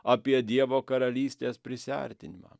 apie dievo karalystės prisiartinimą